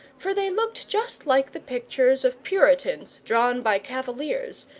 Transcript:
for they looked just like the pictures of puritans drawn by cavaliers,